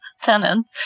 tenant